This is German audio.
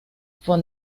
von